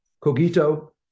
Cogito